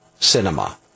Cinema